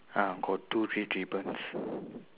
uh got two red ribbons